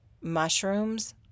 mushrooms